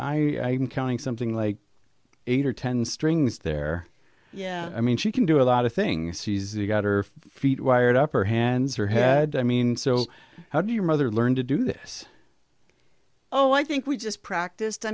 i counting something like eight or ten strings there yeah i mean she can do a lot of things she's got her feet wired up her hands her head i mean so how do you mother learn to do this oh i think we just practiced i